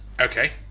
Okay